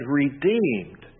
redeemed